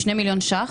2 מיליון שקלים,